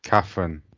Catherine